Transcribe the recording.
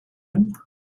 him